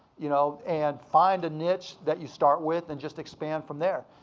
you know and find a niche that you start with and just expand from there.